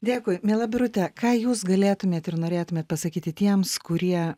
dėkui miela birute ką jūs galėtumėt ir norėtumėt pasakyti tiems kurie